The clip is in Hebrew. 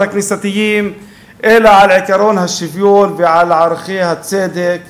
הכנסייתיים אלא על עקרון השוויון ועל ערכי הצדק